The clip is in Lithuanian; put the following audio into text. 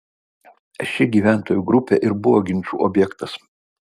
ši gyventojų grupė ir buvo ginčų objektas